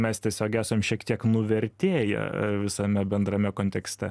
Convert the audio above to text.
mes tiesiog esam šiek tiek nuvertėję visame bendrame kontekste